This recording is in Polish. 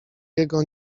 jego